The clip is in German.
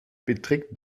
beträgt